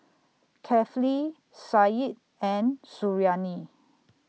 Kefli Said and Suriani